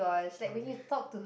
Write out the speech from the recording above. sorry